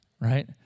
right